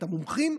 המומחים,